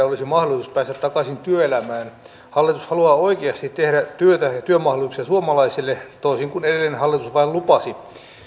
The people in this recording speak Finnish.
olisi mahdollisuus päästä takaisin työelämään hallitus haluaa oikeasti luoda työtä ja työmahdollisuuksia suomalaisille toisin kuin edellinen hallitus vain lupasi